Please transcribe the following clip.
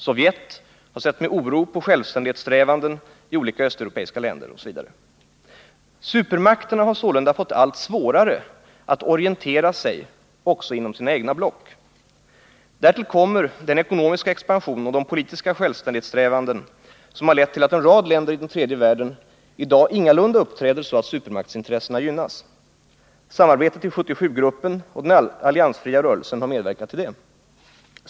Sovjet har sett med oro på självständighetssträvanden i olika östeuropeiska länder osv. Supermakterna har sålunda fått allt svårare att orientera sig också inom sina egna block. Därtill kommer den ekonomiska expansion och de politiska självständighetssträvanden som lett till att en rad länder i den tredje världen i dag ingalunda uppträder så att supermaktsintressena gynnas. Samarbetet i 77-gruppen och den alliansfria rörelsen har medverkat härtill.